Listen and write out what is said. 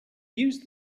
use